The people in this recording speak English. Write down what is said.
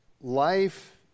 life